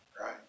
Right